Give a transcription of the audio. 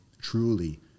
truly